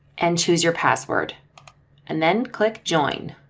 and choose your password and then click join.